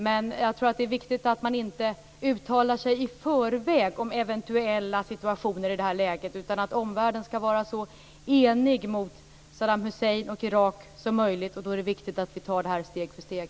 Men jag tror att det är viktigt att man i detta läge inte uttalar sig i förväg om eventuella situationer utan att omvärlden skall vara så enig som möjligt mot Saddam Hussein och Irak. Och då är det viktigt att vi tar detta steg för steg.